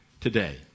today